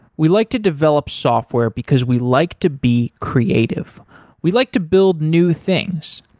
we like to develop software because we like to be creative we like to build new things,